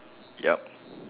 yup